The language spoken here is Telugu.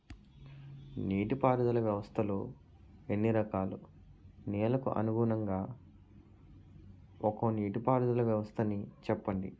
నీటి పారుదల వ్యవస్థలు ఎన్ని రకాలు? నెలకు అనుగుణంగా ఒక్కో నీటిపారుదల వ్వస్థ నీ చెప్పండి?